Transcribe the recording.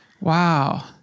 Wow